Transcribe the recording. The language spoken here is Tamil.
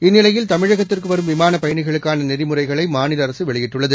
இந்நிலையில் தமிழகத்திற்கு வரும் விமான பயணிகளுக்கான நெறிமுறைகளை மாநில அரசு வெளியிட்டுள்ளது